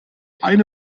eine